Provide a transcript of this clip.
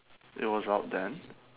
it was out then